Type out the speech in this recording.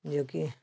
जो कि